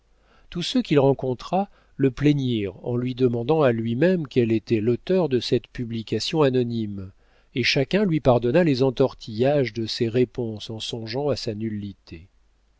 tous ceux qu'il rencontra le plaignirent en lui demandant à lui-même quel était l'auteur de cette publication anonyme et chacun lui pardonna les entortillages de ses réponses en songeant à sa nullité